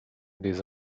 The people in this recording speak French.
des